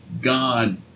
God